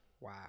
wow